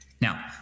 Now